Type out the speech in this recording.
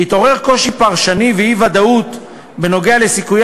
התעוררו קושי פרשני ואי-ודאות בנוגע לסיכויי